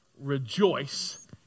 rejoice